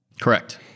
Correct